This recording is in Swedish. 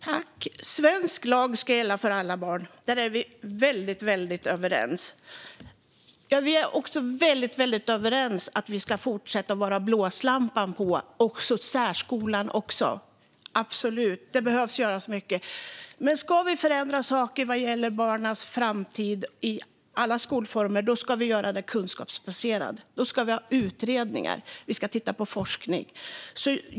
Fru talman! Svensk lag ska gälla för alla barn. Där är vi överens. Vi är också överens om att vi ska fortsätta att vara en blåslampa även på särskolan. Där behöver göras mycket. Men om vi ska förändra saker vad gäller barnens framtid i alla skolformer ska det vara kunskapsbaserat. Då ska det göras utredningar, och vi ska titta på forskning.